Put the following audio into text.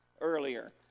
earlier